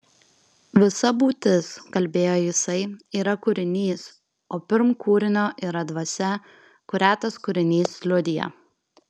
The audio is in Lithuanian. visa būtis kalbėjo jisai yra kūrinys o pirm kūrinio yra dvasia kurią tas kūrinys liudija